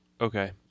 Okay